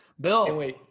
Bill